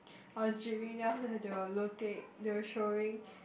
I was gyming then after that they were looking they were showing